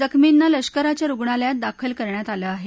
जखमींना लष्कराच्या रुग्णालयात दाखल करण्यात आलं आहे